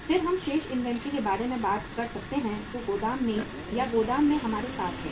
फिर हम शेष इन्वेंट्री के बारे में बात कर सकते हैं जो गोदाम में या गोदाम में हमारे साथ है